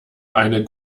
eine